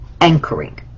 Anchoring